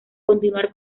continuar